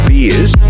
Beers